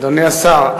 אדוני השר,